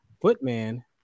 Footman